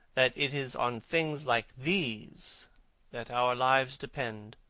that it is on things like these that our lives depend.